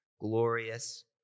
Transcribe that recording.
glorious